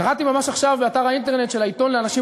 קראתי ממש עכשיו באתר האינטרנט של העיתון לאנשים